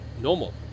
normal